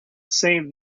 save